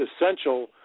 essential